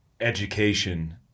education